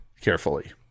carefully